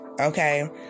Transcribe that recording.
Okay